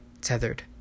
tethered